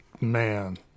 man